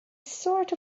sort